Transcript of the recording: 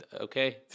okay